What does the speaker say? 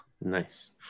Nice